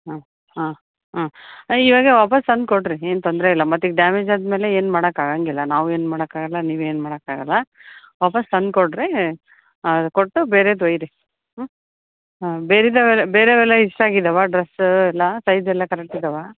ಹಾಂ ಹಾಂ ಹಾಂ ಐ ಇವಾಗ ವಾಪಾಸ್ಸು ತಂದು ಕೊಡಿರಿ ಏನು ತೊಂದರೆ ಇಲ್ಲ ಮತ್ತೆ ಈಗ ಡ್ಯಾಮೇಜ್ ಆದಮೇಲೆ ಏನು ಮಾಡೋಕಾಗಂಗಿಲ್ಲ ನಾವು ಏನು ಮಾಡೋಕಾಗಲ್ಲ ನೀವು ಏನು ಮಾಡೋಕಾಗಲ್ಲ ವಾಪಾಸ್ಸು ತಂದು ಕೊಡಿರಿ ಕೊಟ್ಟು ಬೇರೆದು ಒಯ್ಯಿರಿ ಹ್ಞೂ ಹಾಂ ಬೇರೆದವೆಲ್ಲ ಬೇರೆವೆಲ್ಲ ಇಷ್ಟ ಆಗಿದ್ದಾವ ಡ್ರಸ್ ಎಲ್ಲ ಸೈಜೆಲ್ಲ ಕರೆಕ್ಟ್ ಇದ್ದಾವ